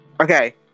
Okay